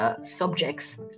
subjects